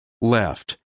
left